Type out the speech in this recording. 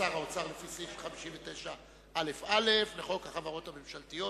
שר האוצר לפי סעיף 59א(א) לחוק החברות הממשלתיות,